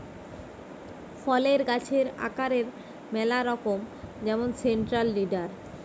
ফলের গাছের আকারের ম্যালা রকম যেমন সেন্ট্রাল লিডার